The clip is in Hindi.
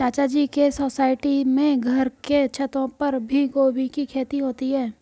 चाचा जी के सोसाइटी में घर के छतों पर ही गोभी की खेती होती है